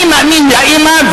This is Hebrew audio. אני מאמין לאמא,